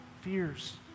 fears